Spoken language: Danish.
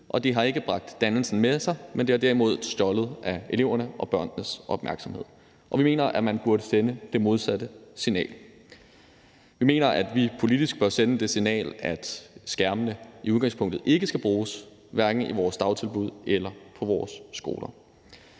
det har ikke bragt dannelsen med sig, men det har derimod stjålet elevernes og børnenes opmærksomhed. Vi mener, at man burde sende det modsatte signal. Vi mener, at vi politisk bør sende det signal, at skærmene i udgangspunktet ikke skal bruges, hverken i vores dagtilbud eller på vores skoler.